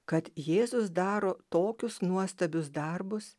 kad jėzus daro tokius nuostabius darbus